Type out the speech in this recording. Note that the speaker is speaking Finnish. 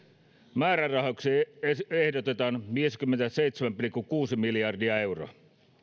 määrärahoiksi ehdotetaan viisikymmentäseitsemän pilkku kuusi miljardia euroa